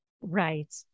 right